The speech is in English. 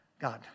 God